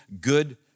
good